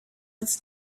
its